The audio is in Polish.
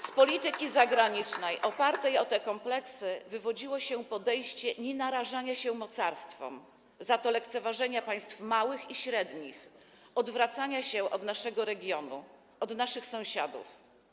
Z polityki zagranicznej opartej na tych kompleksach wywodziło się podejście nienarażania się mocarstwom, za to lekceważenia państw małych i średnich, odwracania się od naszego regionu, od naszych sąsiadów.